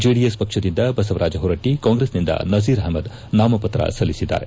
JDS ಪಕ್ಷದಿಂದ ಬಸವರಾಜ್ ಹೊರಟ್ಟ ಕಾಂಗ್ರೆಸ್ನಿಂದ ನಸೀರ್ ಅಹಮದ್ ನಾಮಪತ್ರ ಸಲ್ಲಿಸಿದ್ದಾರೆ